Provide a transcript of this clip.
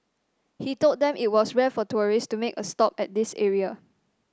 he told them it was rare for tourists to make a stop at this area